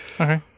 Okay